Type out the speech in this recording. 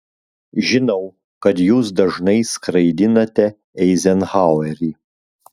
žinau kad jūs dažnai skraidinate eizenhauerį